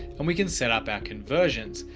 and we can set up our conversions.